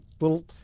little